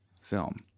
film